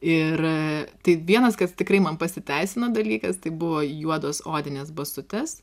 ir tai vienas kas tikrai man pasiteisino dalykas tai buvo juodos odinės basutės